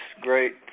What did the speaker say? great